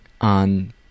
on